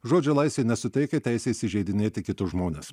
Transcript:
žodžio laisvė nesuteikia teisės įžeidinėti kitus žmones